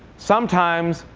sometimes,